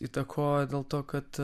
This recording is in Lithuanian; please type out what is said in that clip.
įtakojo dėl to kad